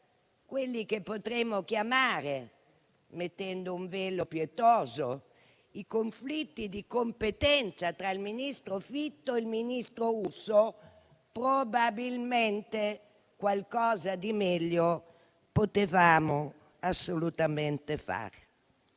quelli che potremmo chiamare, stendendo un velo pietoso, i conflitti di competenza tra il ministro Fitto e il ministro Urso, probabilmente qualcosa di meglio avremmo assolutamente